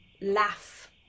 laugh